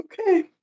Okay